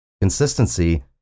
Consistency